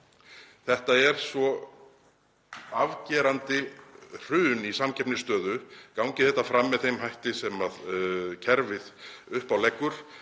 Þetta verður svo afgerandi hrun í samkeppnisstöðu, gangi þetta fram með þeim hætti sem kerfið uppáleggur,